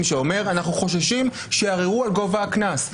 שאומר: אנחנו חוששים שיערערו על גובה הקנס.